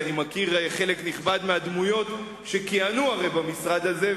כי אני הרי מכיר חלק נכבד מהדמויות שכיהנו במשרד הזה,